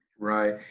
right,